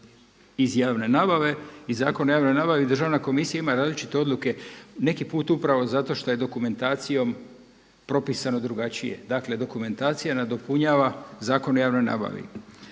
iz javne nabave i Zakon o javnoj nabavi državna komisija ima različite odluke, neki put upravo zato što je dokumentacijom propisano drugačije. Dakle dokumentacija nadopunjava Zakon o javnoj nabavi.